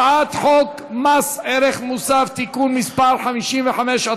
הצעת חוק מס ערך מוסף (תיקון מס' 55),